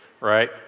right